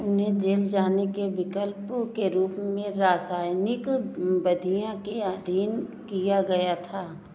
उन्हें जेल जाने के विकल्प के रूप में रासायनिक बधिया के अधीन किया गया था